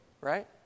Right